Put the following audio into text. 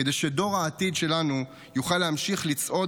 כדי שדור העתיד שלנו יוכל להמשיך לצעוד